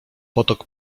potok